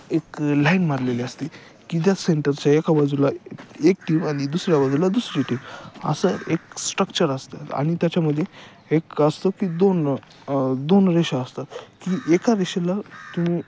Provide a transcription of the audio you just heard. एक लाईन मारलेली असते की त्या सेंटरच्या एका बाजूला ए एक टीम आणि दुसऱ्या बाजूला दुसरी टीम असं एक स्ट्रक्चर असतं आणि त्याच्यामध्ये एक असतं की दोन दोन रेषा असतात की एका रेषेला तू